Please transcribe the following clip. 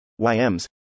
yms